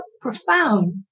profound